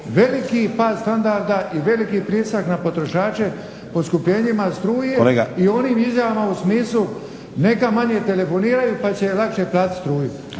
veliki pad standarda i veliki pritisak na potrošače poskupljenjima struje i onim izjavama u smislu neka manje telefoniraju pa će lakše platit struju.